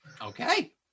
okay